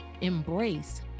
Embrace